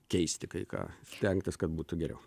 keisti kai ką stengtis kad būtų geriau